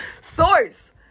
Source